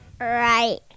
Right